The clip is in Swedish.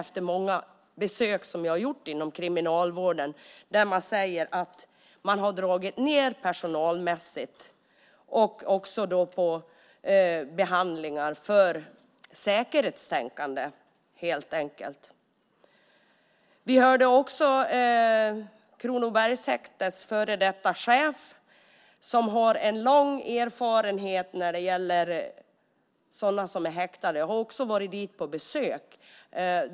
Jag har gjort många besök inom kriminalvården och har hört många berätta om hur man har dragit ned personalmässigt och på behandlingar till förmån för säkerhetstänkande. Vi hörde också den förre chefen för Kronobergshäktet, som har en lång erfarenhet när det gäller sådana som är häktade. Jag har också varit där på besök.